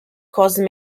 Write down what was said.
caused